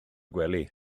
gwely